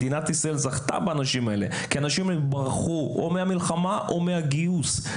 מדינת ישראל זכתה באנשים אלו שברחו מהמלחמה או מהגיוס.